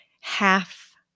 half